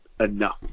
enough